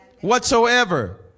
whatsoever